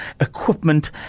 equipment